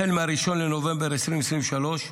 החל מ-1 בנובמבר 2023,